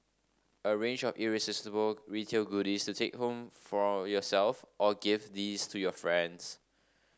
a range of irresistible retail goodies to take home for yourself or gift these to your friends